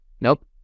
Nope